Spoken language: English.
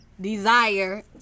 desire